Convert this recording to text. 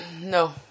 No